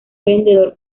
vendedor